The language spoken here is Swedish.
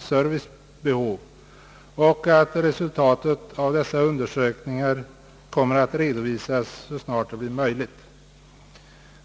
servicebehov, samt att resultaten av dessa undersökningar kommer att redovisas så snart detta blir möjligt.